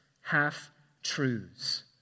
half-truths